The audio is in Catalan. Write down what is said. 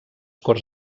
corts